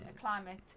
climate